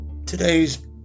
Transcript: Today's